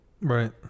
right